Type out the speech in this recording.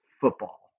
football